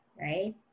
Right